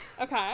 okay